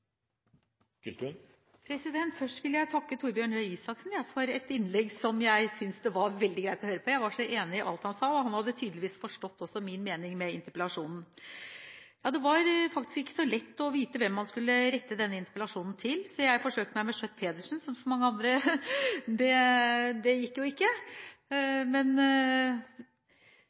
litt. Først vil jeg takke Torbjørn Røe Isaksen for et innlegg som jeg synes det var veldig greit å høre på. Jeg er så enig i alt han sa, og han hadde tydeligvis også forstått min mening med interpellasjonen. Det var faktisk ikke så lett å vite hvem man skulle rette denne interpellasjonen til, så jeg forsøkte meg med Schjøtt-Pedersen, som så mange andre. Det gikk jo ikke! Det